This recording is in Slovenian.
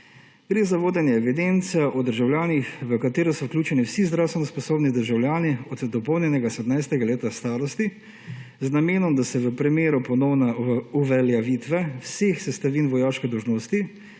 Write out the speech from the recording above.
Gre za vodenje evidence o državljanih, v katero so vključeni vsi zdravstveno sposobni državljani od dopolnjenega 17. leta starosti, z namenom, da se v primeru ponovne uveljavitve vseh sestavin vojaške dolžnosti